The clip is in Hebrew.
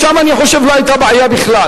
ושם, אני חושב, לא היתה בעיה בכלל.